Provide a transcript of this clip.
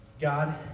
God